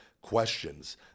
questions